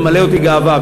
זה ממלא אותי גאווה,